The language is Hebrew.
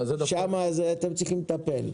שם אתם צריכים לטפל.